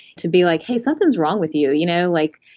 to be like, hey, somethings wrong with you. you know like,